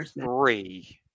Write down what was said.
three